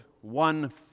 one